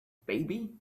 baby